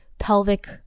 Pelvic